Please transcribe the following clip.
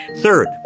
Third